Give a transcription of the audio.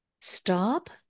stop